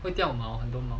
会掉毛很多